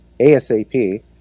asap